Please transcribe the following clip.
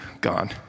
Gone